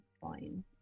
fine